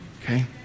Okay